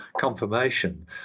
confirmation